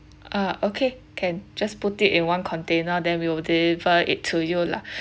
ah okay can just put it in one container then we will deliver it to you lah